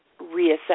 reassess